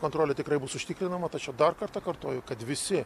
kontrolė tikrai bus užtikrinama tačiau dar kartą kartoju kad visi